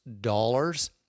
dollars